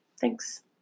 thanks